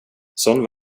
sån